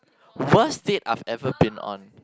worst date I've ever been on